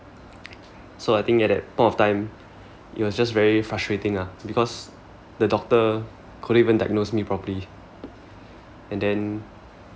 so I think at that point of time it was just very frustrating lah because the doctor couldn't even diagnose me properly and then